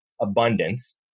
abundance